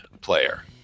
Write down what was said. player